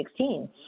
2016